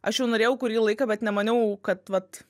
aš jau norėjau kurį laiką bet nemaniau kad vat